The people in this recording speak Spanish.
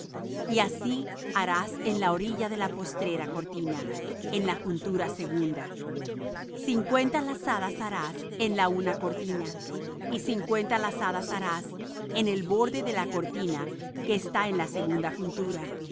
y así harás en la orilla de la postrera cortina en la juntura segunda cincuenta lazadas harás en la una cortina y cincuenta lazadas harás en el borde de la cortina que está en la segunda juntura